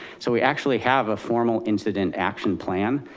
so we actually have a formal incident action plan,